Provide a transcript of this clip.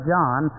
John